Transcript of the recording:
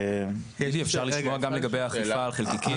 אולי אפשר לשמוע גם לגבי האכיפה על חלקיקים?